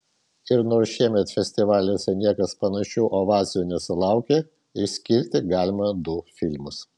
ir nors šiemet festivaliuose niekas panašių ovacijų nesulaukė išskirti galima du filmus